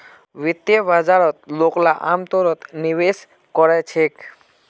वित्तीय बाजारत लोगला अमतौरत निवेश कोरे छेक